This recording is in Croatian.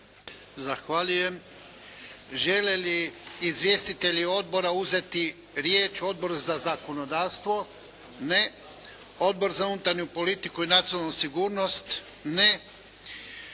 Zahvaljujem. Žele li izvjestitelji odbora uzeti riječ? Odbor za zakonodavstvo? Ne. Odbor za unutarnju politiku i nacionalnu sigurnost? Ne.